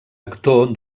actor